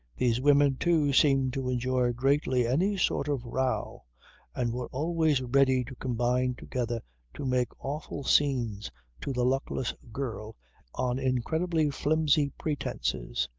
these women, too, seemed to enjoy greatly any sort of row and were always ready to combine together to make awful scenes to the luckless girl on incredibly flimsy pretences.